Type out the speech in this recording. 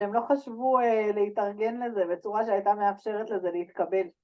‫הם לא חשבו להתארגן לזה ‫בצורה שהייתה מאפשרת לזה להתקבל.